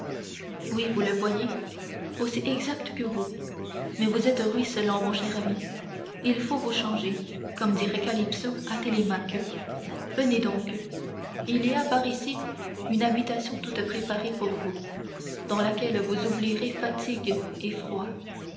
oui vous le voyez aussi exact que vous mais vous êtes ruisselant mon cher ami il faut vous changer comme dirait calypso à télémaque venez donc il y a par ici une habitation toute préparée pour vous dans laquelle vous oublierez fatigues et froid